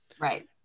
Right